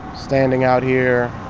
standing out here,